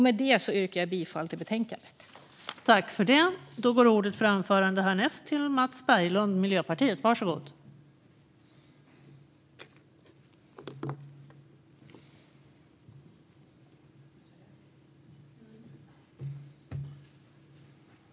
Med detta yrkar jag bifall till förslaget i betänkandet.